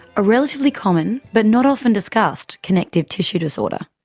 a relatively common but not often discussed connective tissue disorder.